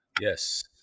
Yes